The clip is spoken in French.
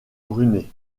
brunei